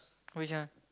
which one